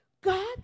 God